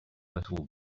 little